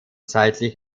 seitlich